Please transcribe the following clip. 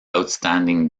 outstanding